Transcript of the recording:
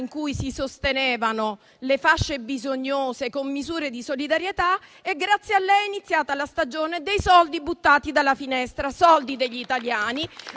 in cui si sostenevano le fasce bisognose con misure di solidarietà e, grazie a lei, è iniziata la stagione dei soldi buttati dalla finestra. Soldi degli italiani,